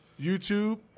YouTube